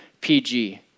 PG